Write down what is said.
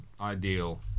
ideal